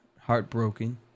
heartbroken